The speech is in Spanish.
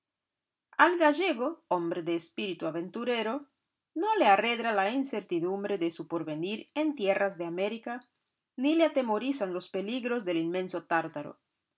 corte al gallego hombre de espíritu aventurero no le arredra la incertidumbre de su porvenir en tierras de américa ni le atemorizan los peligros del inmenso tártaro